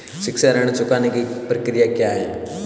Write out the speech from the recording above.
शिक्षा ऋण चुकाने की प्रक्रिया क्या है?